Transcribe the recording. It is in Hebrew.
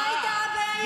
מה הייתה הבעיה?